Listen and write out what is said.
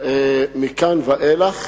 מכאן ואילך,